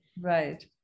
Right